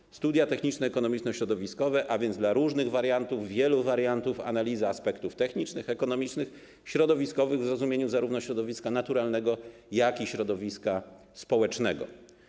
Są to studia techniczno-ekonomiczno-środowiskowe, a więc dla różnych wariantów, wielu wariantów, analiza aspektów technicznych, ekonomicznych, środowiskowych w rozumieniu zarówno środowiska naturalnego, jak i środowiska społecznego.